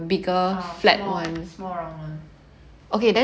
ah small small round [one]